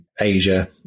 Asia